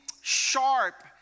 sharp